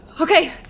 Okay